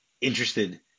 interested